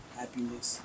happiness